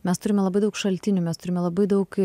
mes turime labai daug šaltinių mes turime labai daug